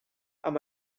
amb